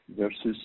versus